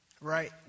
Right